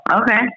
Okay